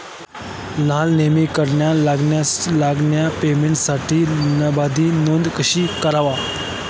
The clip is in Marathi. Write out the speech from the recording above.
मला नेहमी कराव्या लागणाऱ्या पेमेंटसाठी लाभार्थी नोंद कशी करावी?